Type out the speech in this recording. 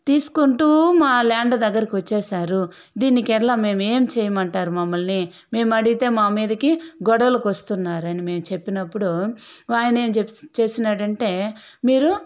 తీసుకుంటూ మా ల్యాండ్ దగ్గరికి వచ్చేసారు దీనికి ఎలా మేము ఏం చేయమంటారు మమ్మల్ని మేము అడిగితే మా మీదకి గొడవలకు వస్తున్నారు అని మేం చెప్పినప్పుడు ఆయన ఏం చేసినారంటే మీరు